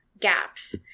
gaps